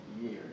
years